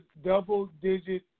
double-digit